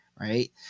right